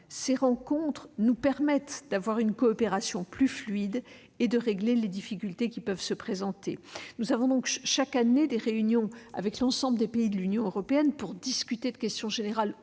Ces rencontres nous permettent de mener une coopération plus fluide et de régler les difficultés qui peuvent se présenter. Nous avons donc, chaque année, des réunions avec l'ensemble des pays de l'Union européenne pour discuter de questions générales